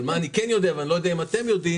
אבל מה אני כן יודע ואני לא יודע אם אתם יודעים